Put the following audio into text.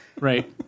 Right